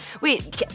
Wait